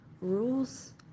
rules